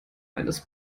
eines